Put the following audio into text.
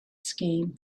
scheme